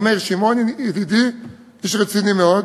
מר מאיר שמעוני, ידידי, איש רציני מאוד,